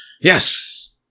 Yes